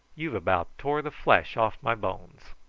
you've about tore the flesh off my bones.